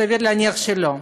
סביר להניח שלא,